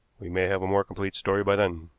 we may have a more complete story by then.